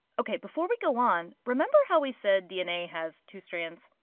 ok, before we go on, remember how we said dna has two strands?